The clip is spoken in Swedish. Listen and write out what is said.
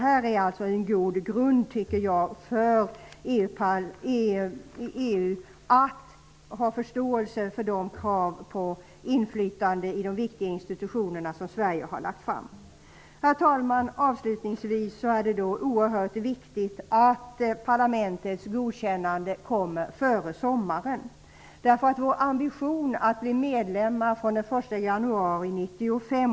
Detta ger en god grund för EU att visa förståelse för de krav som Sverige har framställt när det gäller inflytandet i viktiga institutioner. Herr talman! Avslutningsvis är det oerhört viktigt att vi får parlamentets godkännande före sommaren, därför att vår ambition är att bli medlemmar från den 1 januari 1995.